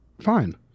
fine